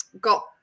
got